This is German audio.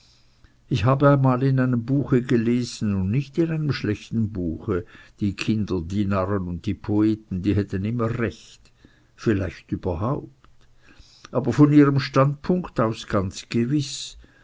ich hab einmal in einem buche gelesen und nicht in einem schlechten buche die kinder die narren und die poeten die hätten immer recht vielleicht überhaupt aber von ihrem standpunkt aus ganz gewiß